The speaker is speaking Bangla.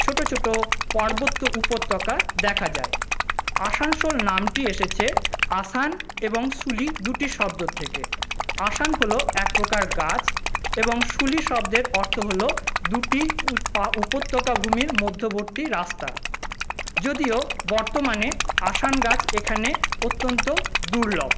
ছোটো ছোটো পার্বত্য উপত্যকা দেখা যায় আসানসোল নামটি এসেছে আসান এবং সুলি দুটি শব্দ থেকে আসান হল এক প্রকার গাছ এবং সুলি শব্দের অর্থ হল দুটি উপত্যকাভূমির মধ্যবর্তী রাস্তা যদিও বর্তমানে আসান গাছ এখানে অত্যন্ত দুর্লভ